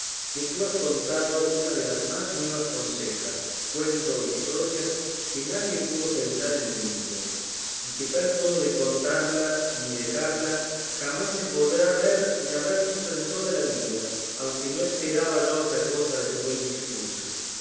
que tú has contado una de las más nuevas consejas cuento o historia que nadie pudo pensar en el mundo y que tal modo de contarla ni dejarla jamás se podrá ver ni habrá visto en toda la vida aunque no esperaba yo otra cosa de tu buen discurso